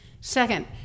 Second